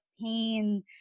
pain